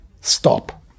Stop